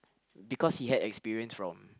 because he had experience from